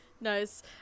Nice